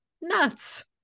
Nuts